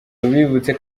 tubibutse